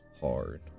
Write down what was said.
hard